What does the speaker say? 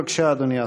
בבקשה, אדוני השר.